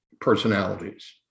personalities